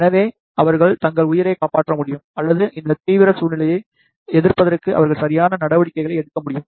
எனவே அவர்கள் தங்கள் உயிரைக் காப்பாற்ற முடியும் அல்லது இந்த தீவிர சூழ்நிலையை எதிர்ப்பதற்கு அவர்கள் சரியான நடவடிக்கைகளை எடுக்க முடியும்